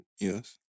yes